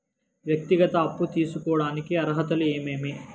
వ్యక్తిగత అప్పు తీసుకోడానికి అర్హతలు ఏమేమి